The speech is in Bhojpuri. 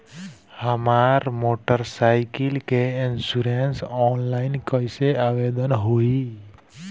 हमार मोटर साइकिल के इन्शुरन्सऑनलाइन कईसे आवेदन होई?